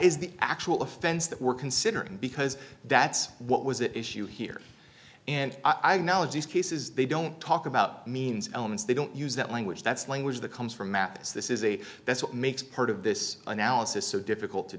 is the actual offense that we're considering because that's what was it issue here and i knowledge these cases they don't talk about means elements they don't use that language that's language that comes from maps this is a that's what makes part of this analysis so difficult to